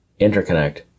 interconnect